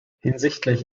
hinsichtlich